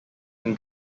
whom